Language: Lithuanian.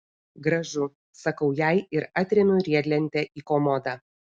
gražu sakau jai ir atremiu riedlentę į komodą